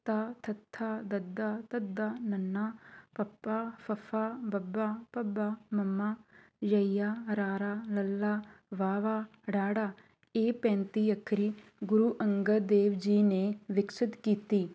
ਤ ਥ ਦ ਧ ਨ ਪ ਫ ਬ ਭ ਮ ਯ ਰ ਲ ਵ ੜ ਇਹ ਪੈਂਤੀ ਅੱਖਰੀ ਗੁਰੂ ਅੰਗਦ ਦੇਵ ਜੀ ਨੇ ਵਿਕਸਿਤ ਕੀਤੀ